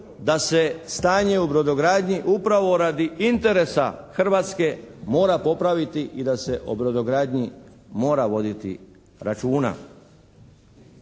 da se stanje u brodogradnji upravo radi interesa Hrvatske mora popraviti i da se o brodogradnji mora voditi računa.